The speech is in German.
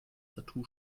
tattoo